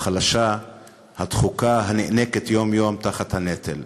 החלשה, הדחוקה, הנאנקת יום-יום תחת הנטל.